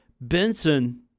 Benson